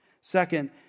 Second